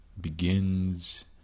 begins